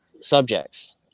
subjects